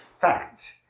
fact